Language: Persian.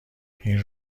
این